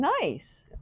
nice